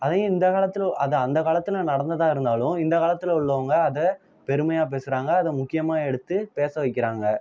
அதையும் இந்தக் காலத்தில் அது அந்தக் காலத்தில் நடந்ததாக இருந்தாலும் இந்தக் காலத்தில் உள்ளவங்க அதை பெருமையாக பேசுகிறாங்க அதை முக்கியமாக எடுத்து பேச வைக்கிறாங்க